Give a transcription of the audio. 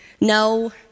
no